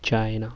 China